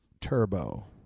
Turbo